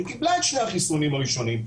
היא קיבלה את שני החיסונים הראשונים,